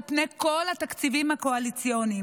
על פני כל התקציבים הקואליציוניים.